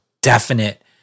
definite